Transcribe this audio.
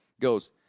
goes